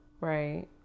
right